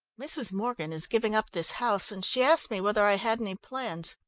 mrs. morgan is giving up this house, and she asked me whether i had any plans.